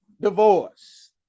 divorce